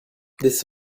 des